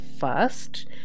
first